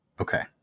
Okay